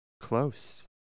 close